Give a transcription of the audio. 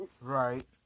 Right